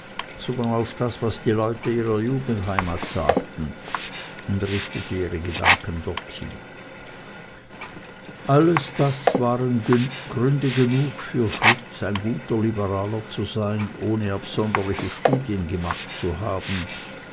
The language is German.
sondern auf das was die leute ihrer jugendheimat sagten und richtete ihre gedanken dorthin alles das waren gründe genug für fritz ein guter liberaler zu sein ohne absonderliche studien gemacht zu haben